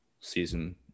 season